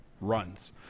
runs